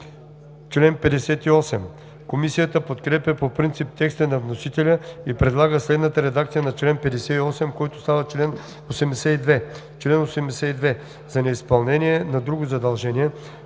чл. 81. Комисията подкрепя по принцип текста на вносителя и предлага следната редакция на чл. 58, който става чл. 82: „Чл. 82. За неизпълнение на друго задължение,